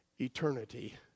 eternity